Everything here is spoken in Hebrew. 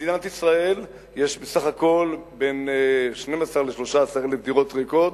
במדינת ישראל יש בסך הכול בין 12,000 ל-13,000 דירות ריקות,